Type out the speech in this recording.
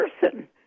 person